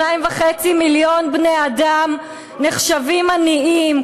2.5 מיליון בני-אדם נחשבים עניים,